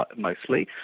but mostly.